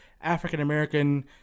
African-American